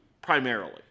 primarily